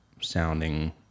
sounding